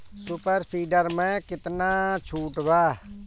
Super seeder मै कितना छुट बा?